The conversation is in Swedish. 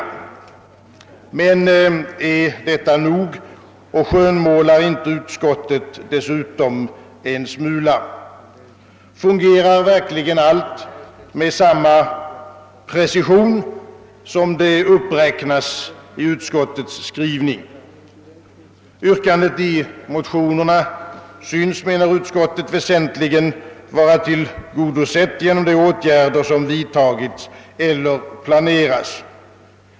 Men är detta nog och skönmålar inte utskottet dessutom en smula? Fungerar verkligen allt med samma precision som det uppräknas i utskottets skrivning? Yrkandena i motionerna synes, menar utskottet, väsentligen vara tillgodosedda genom de åtgärder som har vidtagits eller som planeras.